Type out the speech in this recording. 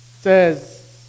says